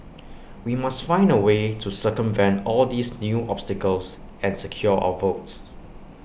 we must find A way to circumvent all these new obstacles and secure our votes